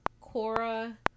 Cora